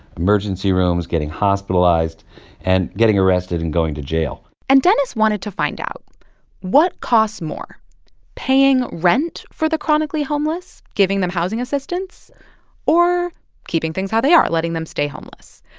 emergency rooms, getting hospitalized and getting arrested and going to jail and dennis wanted to find out what costs more paying rent for the chronically homeless, giving them housing assistance or keeping things how they are, letting them stay homeless.